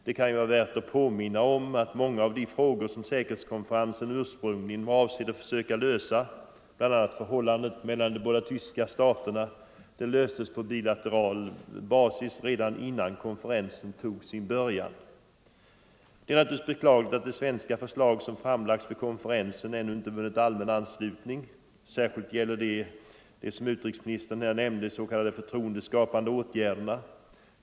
Det kan ju vara värt att påminna om att många av de frågor som säkerhetskonferensen ursprungligen var avsedd att försöka lösa — bl.a. förhållandet mellan de båda tyska staterna — löstes på bilateral basis redan innan konferensen tog sin början. Det är naturligtvis beklagligt att de svenska förslag som framlagts vid konferensen ännu inte vunnit allmän anslutning. Särskilt gäller det de s.k. förtroendeskapande åtgärderna, något som ju också utrikesministern nämnde.